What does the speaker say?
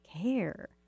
care